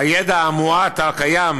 הידע המועט הקיים",